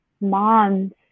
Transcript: moms